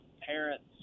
parents